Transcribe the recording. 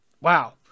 Wow